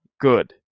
good